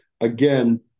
Again